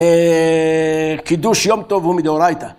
קידוש יום טוב הוא מדאורייתא.